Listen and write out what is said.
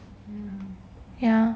ya